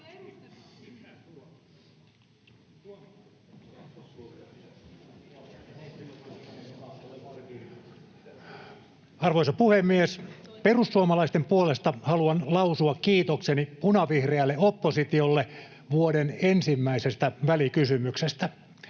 Arvoisa puhemies! Perussuomalaisten puolesta haluan lausua kiitokseni punavihreälle oppositiolle vuoden ensimmäisestä välikysymyksestä.